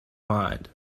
mind